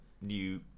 new